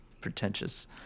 pretentious